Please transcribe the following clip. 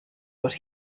what